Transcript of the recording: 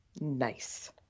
Nice